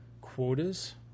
quotas